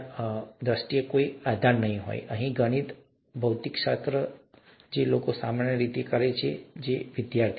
અને તેથી શીખવાની દ્રષ્ટિએ કદાચ કોઈ આધાર નથી અહીં ગણિત અહીં ભૌતિકશાસ્ત્ર જે લોકો સામાન્ય રીતે કરે છે અમારા વિદ્યાર્થીઓ